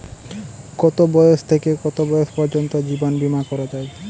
কতো বয়স থেকে কত বয়স পর্যন্ত জীবন বিমা করা যায়?